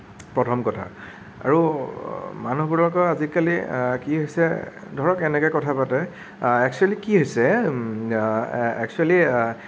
প্ৰথম কথা আৰু মানুহবোৰৰতো আজিকালি কি হৈছে ধৰক এনেকে কথা পাতে একচুয়েলি কি হৈছে একচুয়েলি